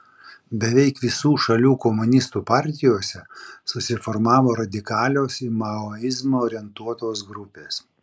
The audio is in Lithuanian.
beveik visų šalių komunistų partijose susiformavo radikalios į maoizmą orientuotos grupės